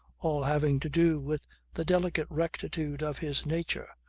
all having to do with the delicate rectitude of his nature,